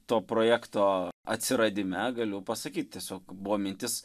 to projekto atsiradime galiu pasakyt tiesiog buvo mintis